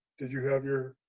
did you have your.